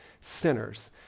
sinners